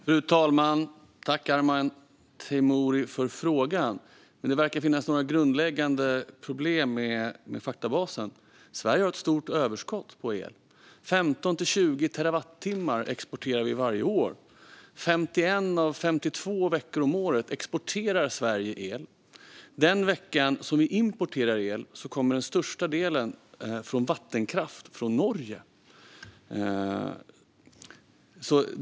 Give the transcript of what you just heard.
Fru talman! Jag tackar Arman Teimouri för frågan, men det verkar finnas några grundläggande problem med faktabasen. Sverige har ett stort överskott på el. Sverige exporterar 15-20 terawatttimmar varje år. 51 av 52 veckor om året exporterar Sverige el. Den vecka som Sverige importerar el kommer den största delen från vattenkraft från Norge.